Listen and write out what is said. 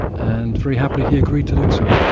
and very happily he agreed to do so.